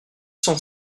cent